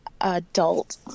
adult